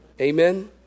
Amen